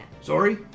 Sorry